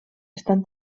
estan